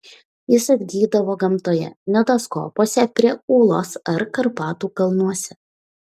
jis atgydavo gamtoje nidos kopose prie ūlos ar karpatų kalnuose